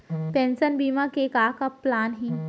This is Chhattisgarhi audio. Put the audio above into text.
पेंशन बीमा के का का प्लान हे?